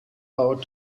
out